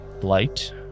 light